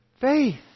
faith